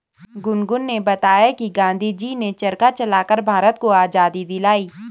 गुनगुन ने बताया कि गांधी जी ने चरखा चलाकर भारत को आजादी दिलाई